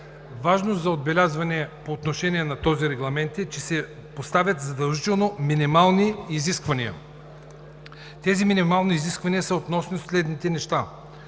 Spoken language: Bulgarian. Важно за отбелязване по отношение на този регламент е, че се поставят задължително минимални изисквания. Тези минимални изисквания са относно следните неща: